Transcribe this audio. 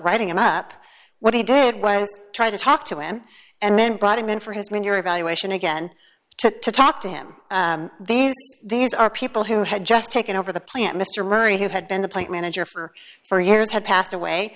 writing him up what he did was try to talk to him and then brought him in for his when your evaluation again took to talk to him these these are people who had just taken over the plant mr murray who had been the plant manager for for years had passed